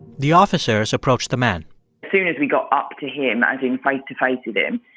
the officers approached the man soon as we got up to him, as in face to face with him,